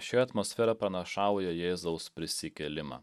ši atmosfera pranašauja jėzaus prisikėlimą